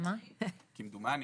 כמדומני,